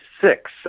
six